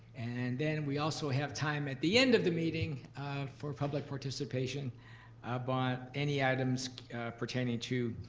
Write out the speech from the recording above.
and then we also have time at the end of the meeting for public participation about any items pertaining to